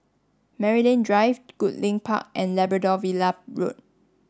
Maryland Drive Goodlink Park and Labrador Villa Road